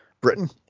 britain